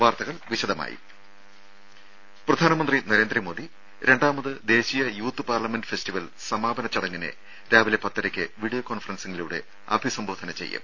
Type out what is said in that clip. വാർത്തകൾ വിശദമായി പ്രധാനമന്ത്രി നരേന്ദ്ര മോദി രണ്ടാമത് ദേശീയ യൂത്ത് പാർലമെന്റ് ഫെസ്റ്റിവൽ സമാപന ചടങ്ങിനെ രാവിലെ പത്തരയ്ക്ക് വിഡിയോ കോൺഫറൻസിങ്ങിലൂടെ അഭിസംബോധന ചെയ്യും